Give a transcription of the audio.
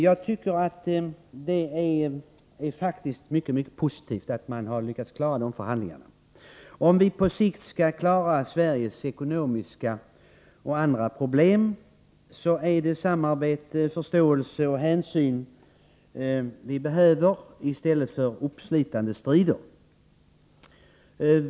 Jag tycker faktiskt att det är mycket positivt att man har lyckats slutföra dessa förhandlingar. Om vi på sikt skall kunna klara Sveriges ekonomiska och andra problem, är det samarbete, förståelse och hänsyn vi behöver i stället för uppslitande strider.